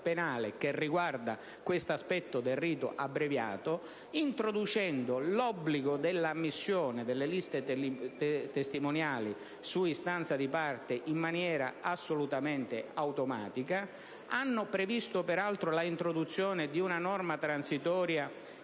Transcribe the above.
penale che riguarda questo aspetto del rito abbreviato. È stato infatti introdotto l'obbligo dell'ammissione delle liste testimoniali su istanza di parte in maniera assolutamente automatica ed è stata prevista peraltro l'introduzione di una norma transitoria,